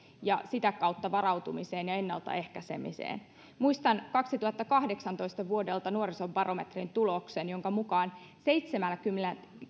ja sitä kautta varautumiseen ja ennaltaehkäisemiseen muistan kaksituhattakahdeksantoista vuodelta nuorisobarometrin tuloksen jonka mukaan seitsemänkymmentä